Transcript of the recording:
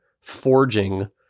forging